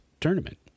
tournament